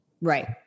Right